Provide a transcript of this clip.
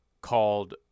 called